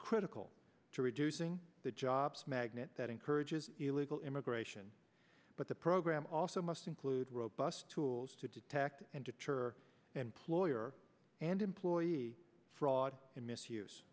critical to reducing the jobs magnet that encourages illegal immigration but the program also must include robust tools to detect and deter employer and employee fraud and misuse